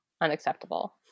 Unacceptable